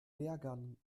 lehrgang